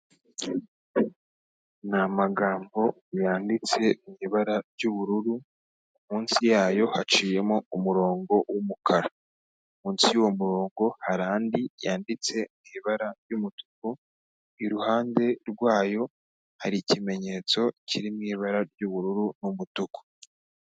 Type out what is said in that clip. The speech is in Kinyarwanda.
Ni amagambo yanditse mu ibara ry'ubururu, munsi yayo haciyemo umurongo w'umukara, munsi y'uwo murongo hari andi yanditse ibara ry'umutuku, iruhande rwayo hari ikimenyetso kiri mu ibara ry'ubururu n'umutuku.